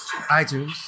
itunes